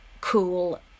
cool